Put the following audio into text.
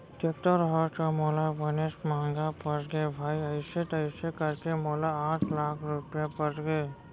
tractor ह तो मोला बनेच महँगा परगे भाई अइसे तइसे करके मोला आठ लाख रूपया परगे